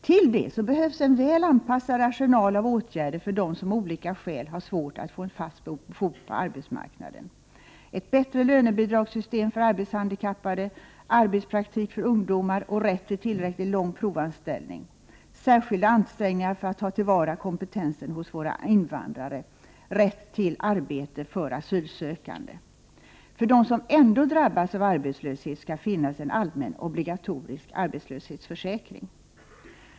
Till det behövs en väl anpassad arsenal av åtgärder för dem som av olika skäl har svårt att få en fast fot på arbetsmarknaden: ett bättre lönebidragssystem för arbetshandikappade, arbetspraktik för ungdomar och rätt till tillräckligt lång provanställning samt särskilda ansträngningar för att ta till vara kompetensen hos våra invandrare och rätt till arbete för asylsökande. För dem som ändå drabbas av arbetslöshet skall finnas en allmän, obligatorisk arbetslöshetsförsäkring.